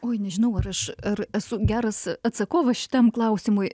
oi nežinau ar aš ar esu geras atsakovas šitam klausimui